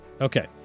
Okay